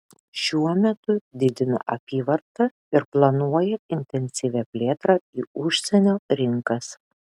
šiuo metu didina apyvartą ir planuoja intensyvią plėtrą į užsienio rinkas